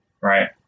right